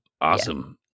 awesome